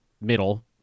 Middle